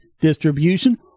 distribution